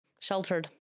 sheltered